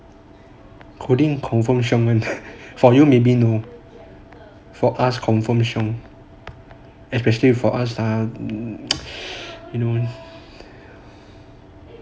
coding confirm 凶 [one] lah for you maybe no for us confirmed 凶 especially for us ah you know